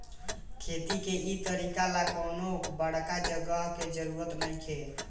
खेती के इ तरीका ला कवनो बड़का जगह के जरुरत नइखे